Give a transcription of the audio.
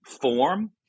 form